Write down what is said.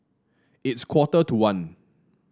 its quarter to one